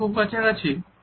এটাকি খুব কাছাকাছি